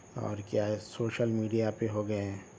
اور کیا ہے سوشل میڈیا پہ ہو گئے ہیں